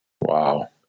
Wow